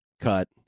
cut